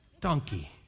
donkey